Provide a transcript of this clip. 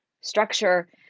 structure